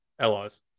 allies